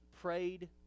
prayed